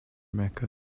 mecca